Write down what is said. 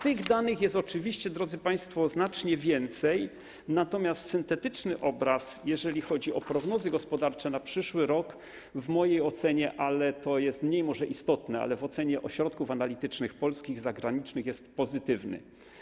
Tych danych jest oczywiście, drodzy państwo, znacznie więcej, natomiast syntetyczny obraz, jeżeli chodzi o prognozy gospodarcze na przyszły rok, w mojej ocenie - to jest mniej może istotne, ale również w ocenie ośrodków analitycznych polskich i zagranicznych - jest pozytywny.